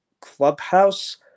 Clubhouse